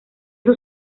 sus